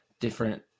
different